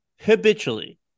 habitually